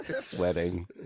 sweating